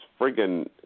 friggin